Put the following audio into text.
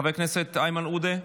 חבר הכנסת איימן עודה,